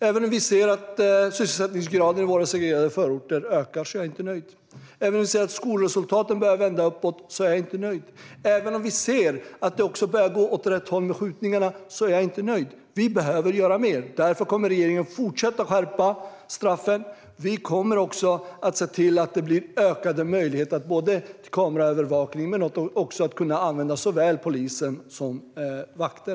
Även om sysselsättningsgraden i våra segregerade förorter ökar är jag inte nöjd, även om skolresultaten börjar vända uppåt är jag inte nöjd och även om det börjar gå åt rätt håll med skjutningarna är jag inte nöjd. Vi behöver göra mer. Därför kommer regeringen att fortsätta skärpa straffen. Vi kommer också att se till att utöka möjligheterna att använda kameraövervakning men också att kunna använda såväl polisen som vakter.